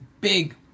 Big